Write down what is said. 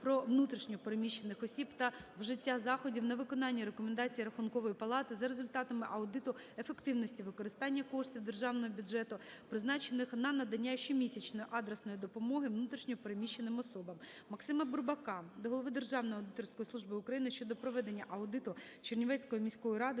про внутрішньо переміщених осіб та вжиття заходів на виконання рекомендацій Рахункової палати за результатами аудиту ефективності використання коштів державного бюджету, призначених на надання щомісячної адресної допомоги внутрішньо переміщеним особам. Максима Бурбака до Голови Державної аудиторської служби України щодо проведення аудиту Чернівецької міської ради